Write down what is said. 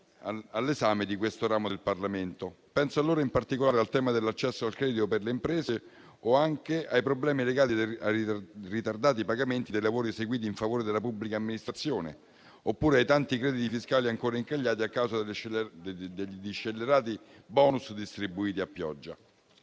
all'esame di questo ramo del Parlamento. Penso a loro in particolare e al tema dell'accesso al credito per le imprese, o ai problemi legati ai ritardati pagamenti dei lavori eseguiti in favore della pubblica amministrazione, oppure ai tanti crediti fiscali ancora incagliati a causa degli scellerati *bonus* distribuiti a pioggia.